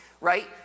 right